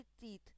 teeth